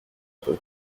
peu